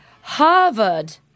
Harvard